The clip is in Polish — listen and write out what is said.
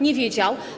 Nie wiedział.